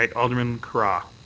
like alderman carra.